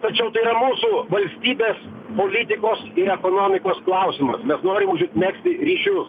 tačiau tai yra mūsų valstybės politikos ekonomikos klausimas mes norim užmegzti ryšius